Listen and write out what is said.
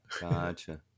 Gotcha